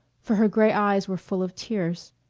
for her gray eyes were full of tears.